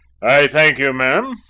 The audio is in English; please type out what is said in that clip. i thank you, ma'am,